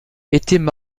étaient